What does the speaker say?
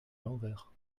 l’envers